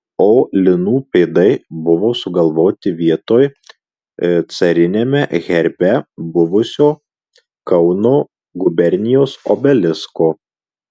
o linų pėdai buvo sugalvoti vietoj cariniame herbe buvusio kauno gubernijos obelisko